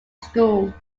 school